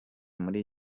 muri